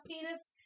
penis